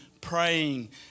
praying